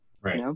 right